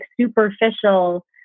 superficial